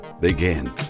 begin